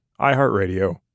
iHeartRadio